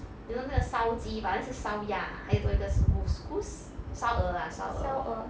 you know 那个烧鸡 but then 是烧鸭啊还有多一个是 goose 烧鹅 lah 烧鹅